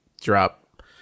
drop